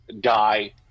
die